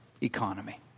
economy